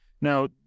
Now